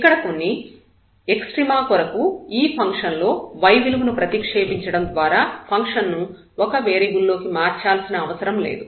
ఇక్కడ ఎక్స్ట్రీమ కొరకు ఈ ఫంక్షన్ లో y విలువను ప్రతిక్షేపించడం ద్వారా ఫంక్షన్ ను ఒక వేరియబుల్ లోకి మార్చాల్సిన అవసరం లేదు